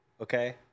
okay